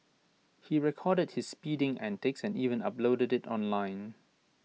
he recorded his speeding antics and even uploaded IT online